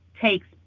takes